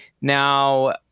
Now